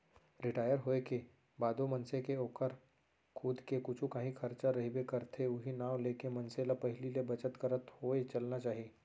retire होए के बादो मनसे के ओकर खुद के कुछु कांही खरचा रहिबे करथे उहीं नांव लेके मनखे ल पहिली ले बचत करत होय चलना चाही